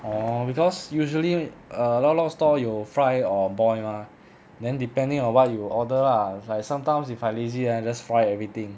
orh because usually err lok lok store 有 fry or boil mah then depending on what you order lah like sometimes if I lazy then I just fry everything